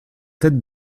tête